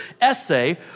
essay